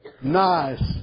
nice